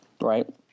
right